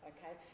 Okay